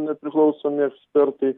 nepriklausomi ekspertai